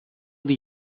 die